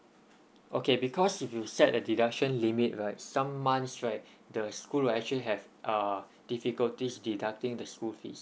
okay because if you set a deduction limit right some months right the school will actually have uh difficulties deducting the school fees